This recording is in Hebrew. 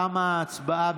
תמה ההצבעה.